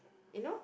you know